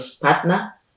partner